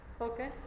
Okay